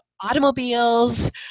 automobiles